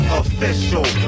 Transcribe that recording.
official